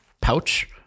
pouch